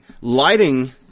lighting